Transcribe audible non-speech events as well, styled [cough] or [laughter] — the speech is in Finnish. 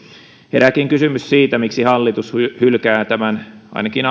herääkin kysymys siitä miksi hallitus hylkää tämän ainakin [unintelligible]